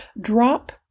drop